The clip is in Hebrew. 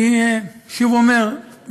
אני שוב אומר,